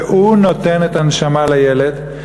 והוא נותן את הנשמה לילד,